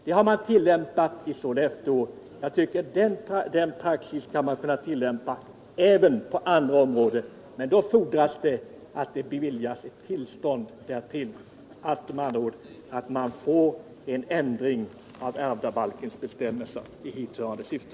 Detta tillämpar man i Sollefteå, och jag tycker att samma praxis skulle man kunna tillämpa även på andra håll. Men då fordras det att det beviljas ett tillstånd därtill med andra ord att man får till stånd en ändring av ärvdabalkens bestämmelser i hithörande